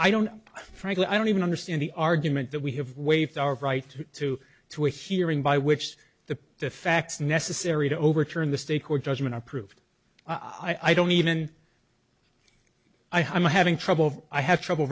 i don't frankly i don't even understand the argument that we have waived our right through to a hearing by which the facts necessary to overturn the state court judgment approved i don't even i'm having trouble i have trouble